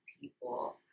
people